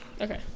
Okay